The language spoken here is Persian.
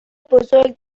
بزرگ